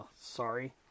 sorry